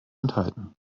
enthalten